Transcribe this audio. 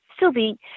Sylvie